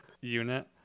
unit